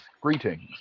Greetings